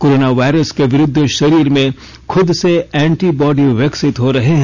corona virus के विरुद्ध शरीर में खुद से एंटीबॉडी विकसित हो रहे हैं